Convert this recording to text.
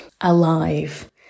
Alive